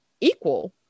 equal